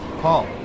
Paul